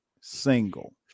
single